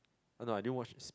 ah no I didn't watches